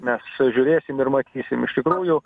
mes žiūrėsim ir matysim iš tikrųjų